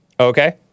Okay